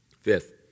Fifth